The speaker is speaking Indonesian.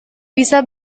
bisa